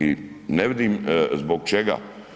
I ne vidim zbog čega.